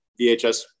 VHS